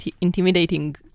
intimidating